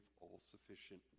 all-sufficient